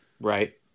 Right